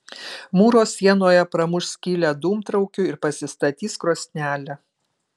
mūro sienoje pramuš skylę dūmtraukiui ir pasistatys krosnelę